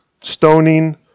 stoning